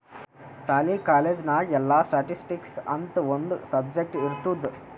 ಸಾಲಿ, ಕಾಲೇಜ್ ನಾಗ್ ಎಲ್ಲಾ ಸ್ಟ್ಯಾಟಿಸ್ಟಿಕ್ಸ್ ಅಂತ್ ಒಂದ್ ಸಬ್ಜೆಕ್ಟ್ ಇರ್ತುದ್